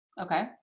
Okay